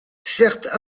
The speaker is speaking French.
certes